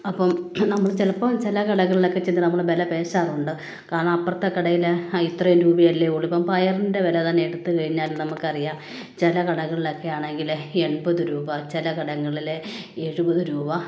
അപ്പം നമ്മൾ ചിലപ്പം ചില കടകളിലൊക്കെ ചെന്ന് നമ്മൾ വില പേശാറുണ്ട് കാരണം അപ്പുറത്തെ കടയിൽ ഇത്രയും രൂപയല്ലേ ഉള്ളൂ ഇപ്പം പയറിൻ്റെ വില തന്നെ എടുത്ത് കഴിഞ്ഞാൽ നമുക്കറിയാം ചില കടകളിലൊക്കെയാണെങ്കിൽ എൺപത് രൂപ ചില കടകളിൽ എഴുപത് രൂപ